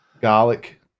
Garlic